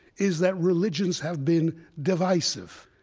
is that religions have been divisive,